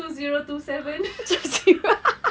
two zero two seven